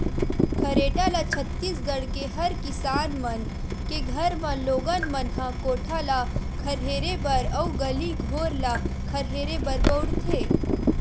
खरेटा ल छत्तीसगढ़ के हर किसान मन के घर म लोगन मन ह कोठा ल खरहेरे बर अउ गली घोर ल खरहेरे बर बउरथे